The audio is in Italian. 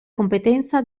competenza